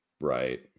right